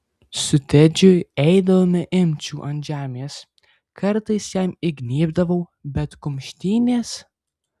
su tedžiu eidavome imčių ant žemės kartais jam įgnybdavau bet kumštynės